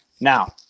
Now